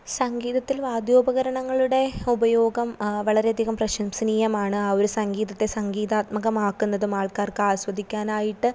സംഗീതത്തിൽ വാദ്യോപകരണങ്ങളുടെ ഉപയോഗം വളരെയധികം പ്രശംസനീയമാണ് ആ ഒരു സംഗീതത്തെ സംഗീതാത്മകമാക്കുന്നതും ആൾക്കാർക്ക് ആസ്വദിക്കാനായിട്ട്